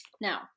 Now